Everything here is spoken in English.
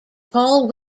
paul